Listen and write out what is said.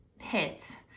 hit